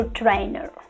trainer